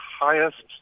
highest